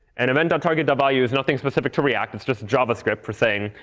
and event target value is nothing specific to react. it's just javascript for saying,